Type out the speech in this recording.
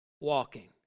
walking